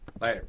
Later